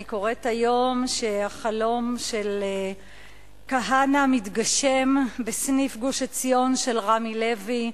אני קוראת היום שהחלום של כהנא מתגשם בסניף גוש-עציון של רמי לוי.